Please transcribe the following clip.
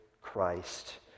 Christ